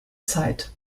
zeit